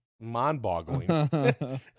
mind-boggling